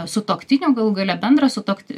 sutuoktinių galų gale bendras sutuokti